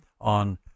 on